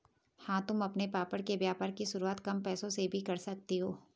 हाँ तुम अपने पापड़ के व्यापार की शुरुआत कम पैसों से भी कर सकती हो